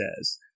says